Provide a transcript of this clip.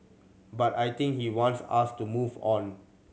but I think he wants us to move on